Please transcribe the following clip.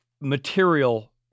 material